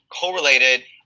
correlated